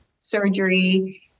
Surgery